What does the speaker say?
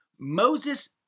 Moses